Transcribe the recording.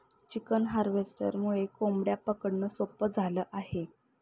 chicken हार्वेस्टरमुळे कोंबड्या पकडणं सोपं झालं आहे